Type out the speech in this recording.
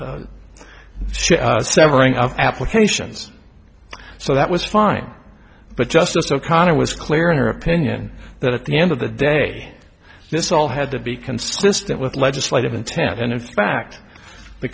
severing of applications so that was fine but justice o'connor was clear in her opinion that at the end of the day this all had to be consistent with legislative intent and in fact the